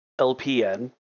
LPN